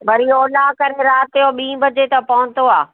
वरी ओला करे राति जो ॿी बजे त पहुतो आहे